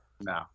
No